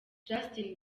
justin